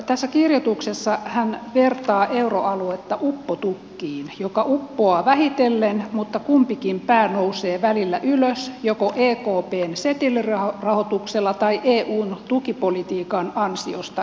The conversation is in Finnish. tässä kirjoituksessa hän vertaa euroaluetta uppotukkiin joka uppoaa vähitellen mutta kumpikin pää nousee välillä ylös joko ekpn setelirahoituksella tai eun tukipolitiikan eli evmn ansiosta